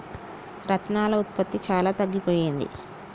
రత్నాల ఉత్పత్తి చాలా తగ్గిపోయింది